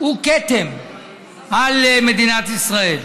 היא כתם על מדינת ישראל.